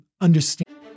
understand